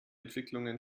entwicklungen